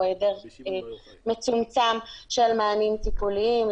או העדר מצומצם של מענים טיפוליים.